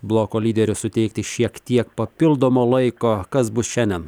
bloko lyderių suteikti šiek tiek papildomo laiko kas bus šiandien